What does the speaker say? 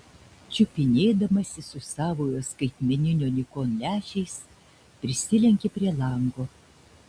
čiupinėdamasis su savojo skaitmeninio nikon lęšiais prisilenkė prie lango